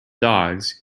dogs